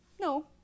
No